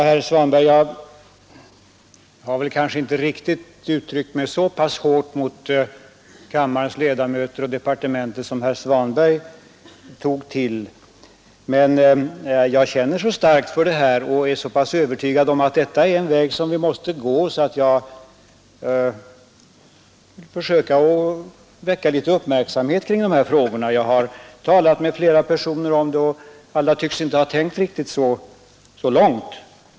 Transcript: Herr talman! Jag har väl inte uttryckt mig riktigt så hårt mot kammarens ledamöter och departementet som herr Svanberg sade. Men jag känner så starkt för detta och är så pass övertygad om att det här är en väg som vi måste gå att jag vill försöka skapa litet uppmärksamhet kring dessa frågor. Jag har talat med flera personer om detta, men alla tycks inte ha tänkt riktigt lika långt.